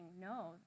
no